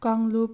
ꯀꯥꯡꯂꯨꯞ